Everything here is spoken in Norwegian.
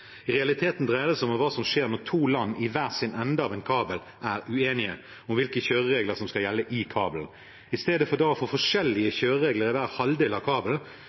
I realiteten dreier det seg om hva som skjer når to land i hver sin ende av en kabel er uenige om hvilke kjøreregler som skal gjelde i kabelen. I stedet for å få forskjellige kjøreregler i hver halvdel av kabelen